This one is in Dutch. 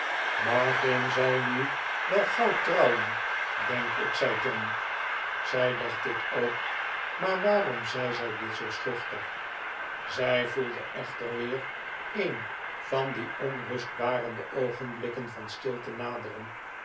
martin zal nu wel gauw trouwen denk ik zei john zij dacht dit ook maar waarom zei zij dit zoo schuchter zij voelde echter weer een van die onrustbarende oogenblikken van stilte naderen